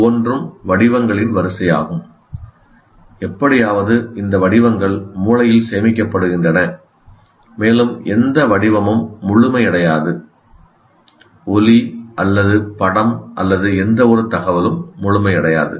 ஒவ்வொன்றும் வடிவங்களின் வரிசையாகும் எப்படியாவது இந்த வடிவங்கள் மூளையில் சேமிக்கப்படுகின்றன மேலும் எந்த வடிவமும் முழுமையடையாது ஒலி அல்லது படம் அல்லது எந்தவொரு தகவலும் முழுமையடையாது